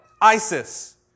ISIS